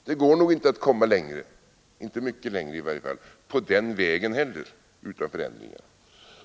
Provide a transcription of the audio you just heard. Det går nog inte att komma längre — inte mycket längre i varje fall — på den vägen heller utan förändringar.